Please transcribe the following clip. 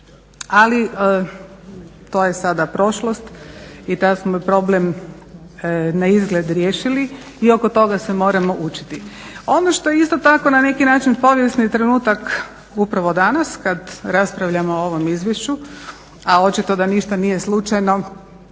Ali to je sada prošlost i taj smo problem naizgled riješili i oko toga se moramo učiti. Ono što je isto tako na neki način povijesni trenutak upravo danas kad raspravljamo o ovom izvješću, a očito da ništa nije slučajno,